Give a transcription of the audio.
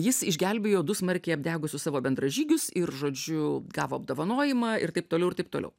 jis išgelbėjo du smarkiai apdegusius savo bendražygius ir žodžiu gavo apdovanojimą ir taip toliau ir taip toliau